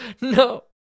No